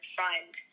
find